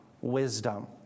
wisdom